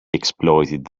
exploited